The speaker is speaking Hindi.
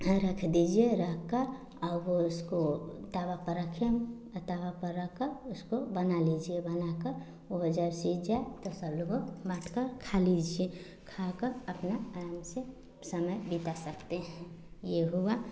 रख दीजिए रखकर अब वह उसको तवा पर रखें तवा पर रखकर उसको बना लीजिए बनाकर वह जब सीज जाए तो सब लोगों बाँटकर खा लीजिए खाकर अपना आम से समय बीता सकते हैं यह हुआ